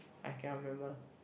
I cannot remember